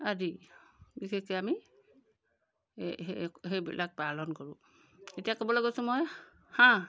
আদি বিশেষকৈ আমি সেইবিলাক পালন কৰোঁ এতিয়া ক'বলৈ গৈছোঁ মই হাঁহ